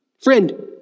Friend